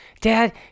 Dad